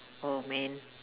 oh man